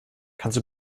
kannst